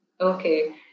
Okay